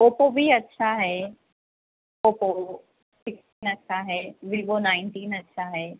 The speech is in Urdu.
اوپو بھی اچھا ہے اوپو سکس میں اچھا ہے ویوو نائنٹین اچھا ہے